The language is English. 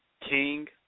King